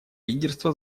лидерство